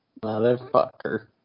motherfucker